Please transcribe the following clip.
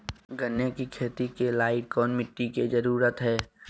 गन्ने की खेती के लाइट कौन मिट्टी की जरूरत है?